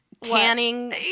Tanning